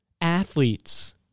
athletes